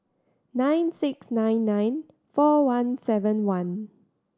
nine six nine nine four one seven one